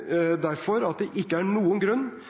derfor at det ikke er noen grunn